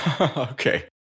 Okay